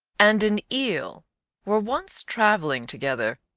and an eel were once travelling together,